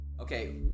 Okay